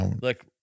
Look